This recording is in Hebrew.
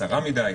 צרה מדי,